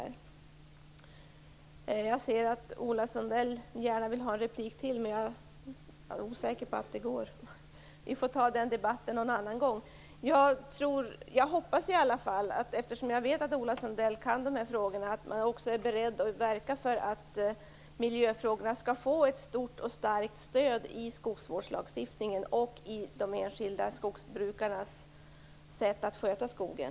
Jag ser att Ola Sundell gärna vill ha en replik till, men jag är osäker på om det går. Vi får ta den debatten någon annan gång. Eftersom jag vet att Ola Sundell kan de här frågorna, hoppas jag att han också är beredd att verka för att miljöfrågorna skall få ett stort och starkt stöd i skogsvårdslagstiftningen och i de enskilda skogsbrukarnas sätt att sköta skogen.